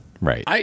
right